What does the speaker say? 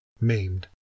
Maimed